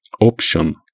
option